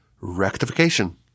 rectification